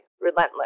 relentless